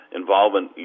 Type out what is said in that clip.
involvement